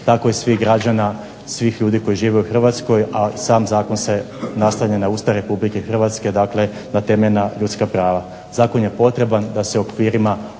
tako i svih građana svih ljudi koji žive u Hrvatskoj a sam Zakon se nastavlja na Ustav Republike hrvatske dakle na temeljna ljudska prava. Zakon je potreban da se u okvirima